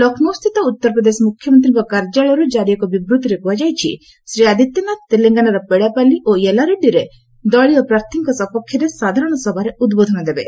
ଲକ୍ଷ୍ନୌସ୍ଥିତ ଉତ୍ତରପ୍ରଦେଶ ମୁଖ୍ୟମନ୍ତ୍ରୀଙ୍କ କାର୍ଯ୍ୟାଳୟରୁ କାରି ଏକ ବିବୃଭିରେ କୁହାଯାଇଛି ଶ୍ରୀ ଆଦିତ୍ୟନାଥ ତେଲଙ୍ଗାନାର ପେଡ଼ାପାଲି ଓ ୟେଲାରେଡିରେ ଦଳୀୟ ପ୍ରାର୍ଥୀଙ୍କ ସପକ୍ଷରେ ସାଧାରଣସଭାରେ ଉଦ୍ବୋଧନ ଦେବେ